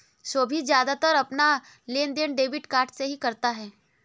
सोभित ज्यादातर अपना लेनदेन डेबिट कार्ड से ही करता है